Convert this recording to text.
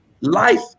Life